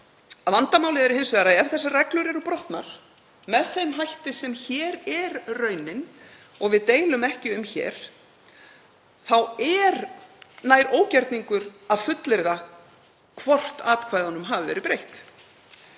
Vandamálið er hins vegar að ef þessar reglur eru brotnar með þeim hætti sem hér er raunin, og við deilum ekki um hér, þá er nær ógjörningur að fullyrða hvort atkvæðunum hafi verið breytt.